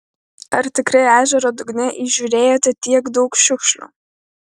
ar tikrai ežero dugne įžiūrėjote tiek daug šiukšlių